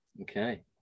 okay